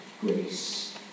grace